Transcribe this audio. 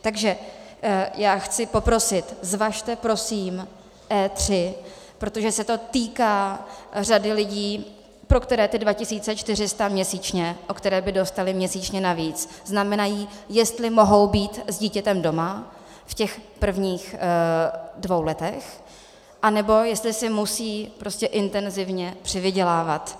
Takže chci poprosit, zvažte prosím E3, protože se to týká řady lidí, pro které ty 2 400 měsíčně, o které by dostali měsíčně navíc, znamenají, jestli mohou být s dítětem doma v těch prvních dvou letech, anebo jestli si musí prostě intenzivně přivydělávat.